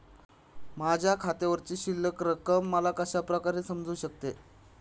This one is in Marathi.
माझ्या खात्यावरची शिल्लक रक्कम मला कशा प्रकारे समजू शकते?